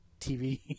TV